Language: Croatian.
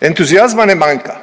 Entuzijazma ne manjka